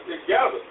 together